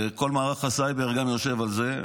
כל מערך הסייבר גם יושב על זה.